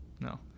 No